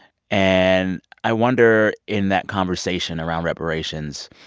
and i wonder in that conversation around reparations,